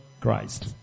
Christ